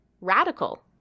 radical